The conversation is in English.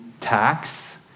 tax